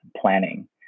planning